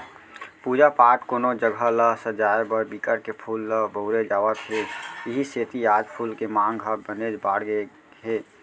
पूजा पाठ, कोनो जघा ल सजाय बर बिकट के फूल ल बउरे जावत हे इहीं सेती आज फूल के मांग ह बनेच बाड़गे गे हे